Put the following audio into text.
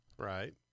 Right